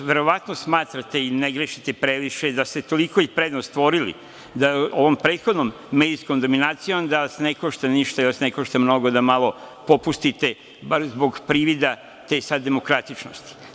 Verovatno smatrate i ne grešite previše, da ste i toliko prednost stvorili ovom prethodnom medijskom dominacijom da vas ne košta ništa i da vas ne košta mnogo da malo popustite, bar zbog privida te sad demokratičnosti.